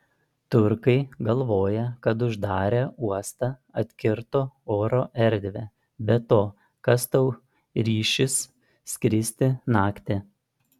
turkai galvoja kad uždarę uostą atkirto oro erdvę be to kas tau ryšis skristi naktį